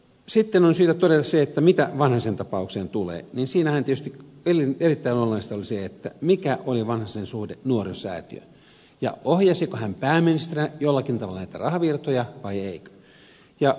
sitten on syytä todeta se että mitä vanhasen tapaukseen tulee siinähän tietysti erittäin olennaista oli se mikä oli vanhasen suhde nuorisosäätiöön ja ohjasiko hän pääministerinä jollakin tavalla näitä rahavirtoja vai ei